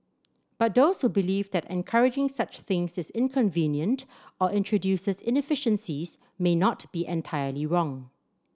but those who believe that encouraging such things is inconvenient or introduces inefficiencies may not be entirely wrong